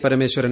Parameswaran